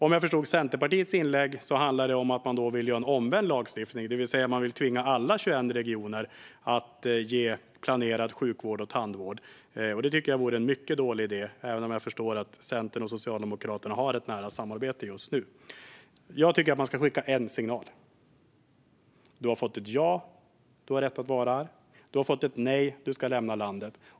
Om jag förstod Centerpartiets inlägg handlar det om att man vill göra en omvänd lagstiftning, det vill säga tvinga alla 21 regioner att ge planerad sjukvård och tandvård. Detta tycker jag vore en mycket dålig idé, även om jag förstår att Centern och Socialdemokraterna har ett nära samarbete just nu. Jag tycker att det ska skickas en signal: Man har fått ett ja och har rätt att vara här, eller man har fått ett nej och ska lämna landet.